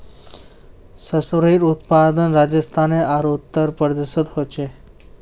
सर्सोंर उत्पादन राजस्थान आर उत्तर प्रदेशोत होचे